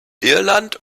irland